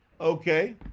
Okay